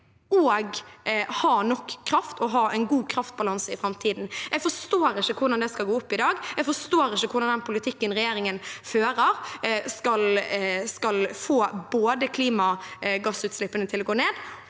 og ha nok kraft og en god kraftbalanse i framtiden. Jeg forstår ikke hvordan det skal gå opp i dag. Jeg forstår ikke hvordan den politikken regjeringen fører, både skal få klimagassutslippene til å gå ned